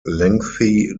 lengthy